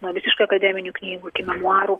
nuo visiškai akademinių knygų iki memuarų